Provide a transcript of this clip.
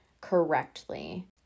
correctly